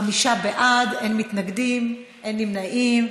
חמישה בעד, אין מתנגדים, אין נמנעים.